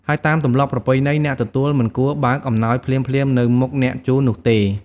ហើយតាមទម្លាប់ប្រពៃណី អ្នកទទួលមិនគួរ បើកអំណោយភ្លាមៗ នៅមុខអ្នកជូននោះទេ។